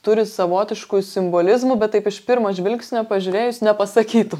turi savotiškų simbolizmų bet taip iš pirmo žvilgsnio pažiūrėjus nepasakytum